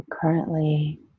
currently